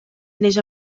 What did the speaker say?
neix